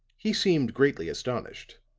he seemed greatly astonished.